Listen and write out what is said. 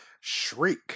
shriek